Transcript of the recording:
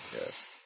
Yes